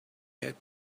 had